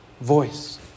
voice